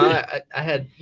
i i had,